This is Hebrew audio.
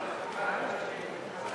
לחלופין (7) של קבוצת סיעת הרשימה המשותפת